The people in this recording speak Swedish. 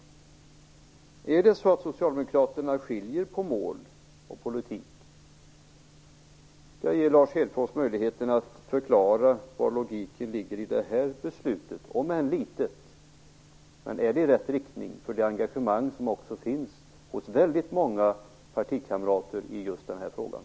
Är det så att socialdemokraterna skiljer på mål och politik? Jag vill ge Lars Hedfors möjlighet att förklara var logiken ligger i det här beslutet, om än litet. Har det här beslutet rätt inriktning med tanke på det engagemang som också finns hos väldigt många partikamrater i just den här frågan?